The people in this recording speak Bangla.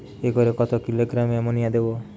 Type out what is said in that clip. একরে কত কিলোগ্রাম এমোনিয়া দেবো?